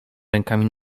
rękami